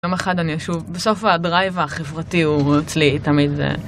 יום אחד אני אשוב, בסוף הדרייב החברתי הוא אצלי תמיד זה.